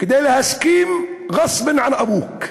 כדי שתסכים, "ראס בין עין אבוכ".